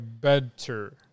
better